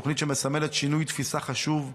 תוכנית שמסמלת שינוי תפיסה חשוב,